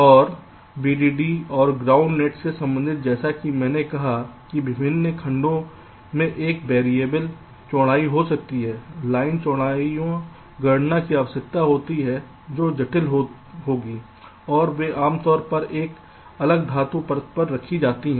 और Vdd और ground net से संबंधित जैसा कि मैंने कहा कि विभिन्न खंडों में एक वेरिएबल चौड़ाई हो सकती है लाइन चौड़ाई गणना की आवश्यकता होती है जो जटिल होती है और वे आमतौर पर एक अलग धातु परत पर रखी जाती हैं